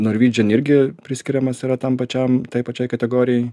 norvidžin irgi priskiriamas yra tam pačiam tai pačiai kategorijai